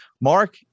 Mark